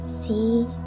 See